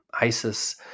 isis